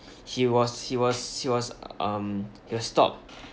he was he was he was um he was stopped